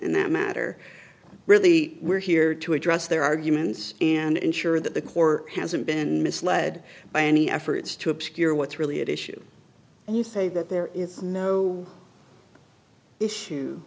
in that matter really we're here to address their arguments and ensure that the corps hasn't been misled by any efforts to obscure what's really at issue and you say that there is no issue